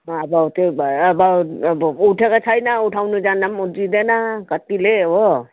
अब त्यही भएर अब अब उठेको छैन उठाउनु जाँदा पनि दिँदैन कतिले हो